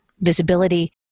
visibility